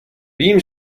vím